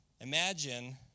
Imagine